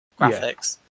graphics